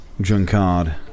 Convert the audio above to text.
Junkard